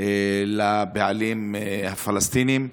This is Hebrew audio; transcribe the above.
לבעלים הפלסטינים.